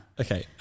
Okay